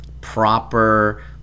proper